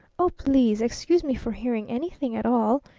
oh, please, excuse me for hearing anything at all,